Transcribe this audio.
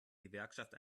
gewerkschaft